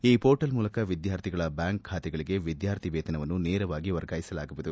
ಈ ಮೋರ್ಟಲ್ ಮೂಲಕ ವಿದ್ಯಾರ್ಥಿಗಳ ಬ್ಯಾಂಕ್ ಬಾತೆಗಳಿಗೆ ವಿದ್ಯಾರ್ಥಿವೇತನವನ್ನು ನೇರವಾಗಿ ವರ್ಗಾಯಿಸಲಾಗುವುದು